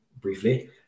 briefly